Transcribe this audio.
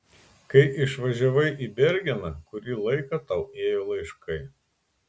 kai išvažiavai į bergeną kurį laiką tau ėjo laiškai